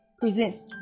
presents